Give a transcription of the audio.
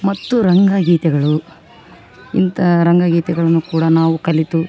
ಮತ್ತು ರಂಗಗೀತೆಗಳು ಇಂಥಾ ರಂಗಗೀತೆಗಳನ್ನು ಕೂಡ ನಾವು ಕಲಿತು